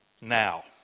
now